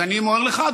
אז אני אומר לך,